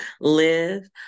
live